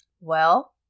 Well-